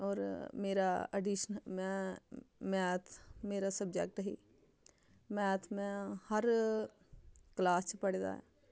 होर मेरा अडिशन मैं मैथ मेरा सबजैक्ट ही मैथ मैं हर कलास च पढ़े दा